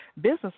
business